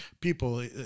people